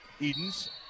edens